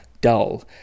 dull